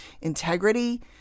Integrity